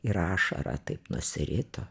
ir ašara taip nusirito